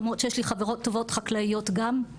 למרות שיש לי חברות טובות חקלאיות גם.